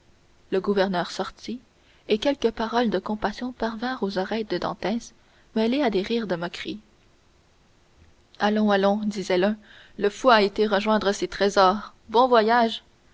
le gouverneur sortit et quelques paroles de compassion parvinrent aux oreilles de dantès mêlées à des rires de moquerie allons allons disait l'un le fou a été rejoindre ses trésors bon voyage